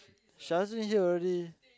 Shazlin here already